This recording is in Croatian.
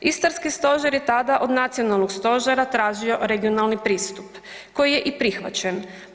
Istarski stožer je tada od nacionalnog stožera tražio regionalni pristup koji je i prihvaćen.